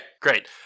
Great